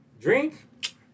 drink